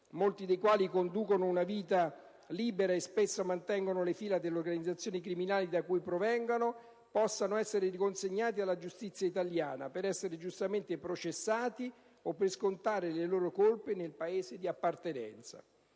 molti dei quali conducono una vita libera e spesso mantengono le fila delle organizzazioni criminali da cui provengono, possano essere riconsegnati alla giustizia italiana, per essere giustamente processati o per scontare le loro colpe nel Paese di appartenenza.